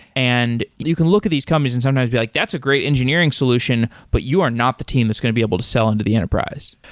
and you can look at these companies and sometimes be like, that's a great engineering solution, but you are not the team that's going to be able to sell into the enterprise.